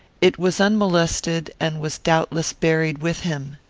it was unmolested, and was doubtless buried with him.